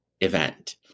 event